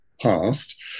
Past